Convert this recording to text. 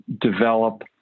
develop